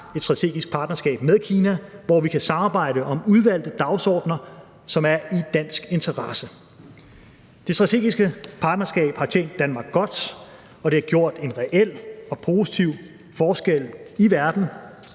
et strategisk partnerskab med Kina, hvor vi kan samarbejde om udvalgte dagsordener, som er i dansk interesse. Det strategiske partnerskab har tjent Danmark godt, og det har gjort en reel og positiv forskel i verden.